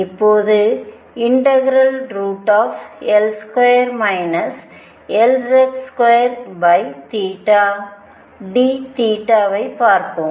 இப்போது∫√L2 Lz2 dθ ஐ பார்ப்போம்